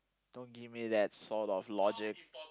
don't give me that sort of logic